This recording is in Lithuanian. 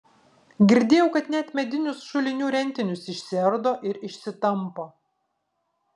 girdėjau kad net medinius šulinių rentinius išsiardo ir išsitampo